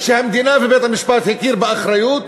והמדינה ובית-המשפט הכירו באחריות,